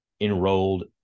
enrolled